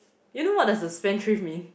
you know what does a spendthrift mean